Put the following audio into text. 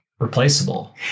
replaceable